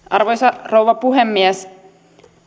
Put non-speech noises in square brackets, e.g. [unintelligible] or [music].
[unintelligible] arvoisa rouva puhemies